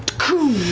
koosh,